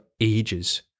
ages